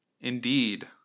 Indeed